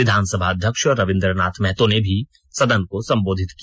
विधानसभा अध्यक्ष रविंद्रनाथ महतो ने भी सदन को संबोधित किया